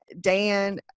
Dan